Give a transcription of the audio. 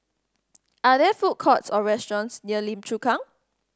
are there food courts or restaurants near Lim Chu Kang